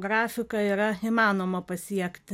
grafiką yra įmanoma pasiekti